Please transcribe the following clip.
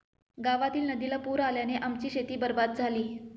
गावातील नदीला पूर आल्याने आमची शेती बरबाद झाली